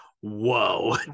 whoa